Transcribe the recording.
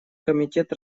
комитет